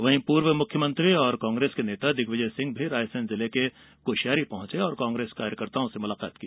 वहीं पूर्व मुख्यमंत्री और कांग्रेस के नेता दिग्विजय सिंह भी रायसेन जिले के कुशियारी पहॅचे और कांग्रेस कार्यकर्ताओं से मुलाकात की